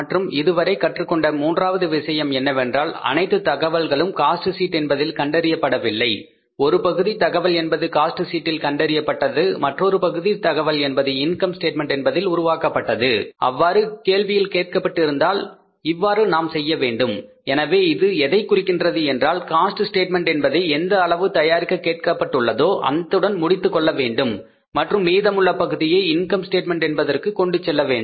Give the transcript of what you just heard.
மற்றும் இதுவரை கற்றுக் கொண்ட மூன்றாவது விஷயம் என்னவென்றால் அனைத்து தகவல்களும் காஸ்ட் ஷீட் என்பதில் கண்டறியப்படவில்லை ஒரு பகுதி தகவல் என்பது காஸ்ட் சீட்டில் கண்டறியப்பட்டது மற்றொரு பகுதி தகவல் என்பது இன்கம் ஸ்டேட்மென்ட் என்பதில் உருவாக்கப்பட்டது அவ்வாறு கேள்வியில் கேட்கப்பட்டு இருந்தால் இவ்வாறு நாம் செய்ய வேண்டும் எனவே இது எதைக் குறிக்கிறது என்றால் காஸ்ட் ஸ்டேட்மெண்ட் என்பதை எந்த அளவு தயாரிக்க கேட்கப்பட்டுள்ளதோ அத்துடன் முடித்துக் கொள்ள வேண்டும் மற்றும் மீதமுள்ள பகுதியை இன்கம் ஸ்டேட்மெண்ட் என்பதற்கு கொண்டு செல்ல வேண்டும்